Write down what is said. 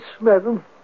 madam